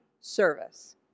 service